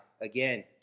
again